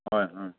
ꯍꯣꯏ ꯍꯣꯏ